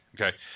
okay